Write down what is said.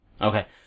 Okay